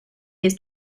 his